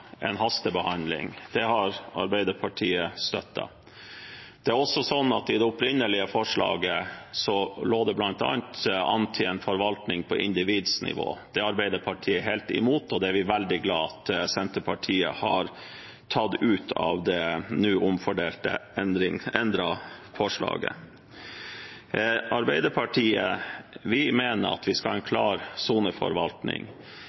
en hastebehandling. Det har Arbeiderpartiet støttet. I det opprinnelige forslaget lå det også bl.a. an til en forvaltning på individnivå. Det er Arbeiderpartiet helt imot, og det er vi veldig glad for at Senterpartiet har tatt ut av det nå endrede, omfordelte forslaget. Arbeiderpartiet mener at vi skal ha en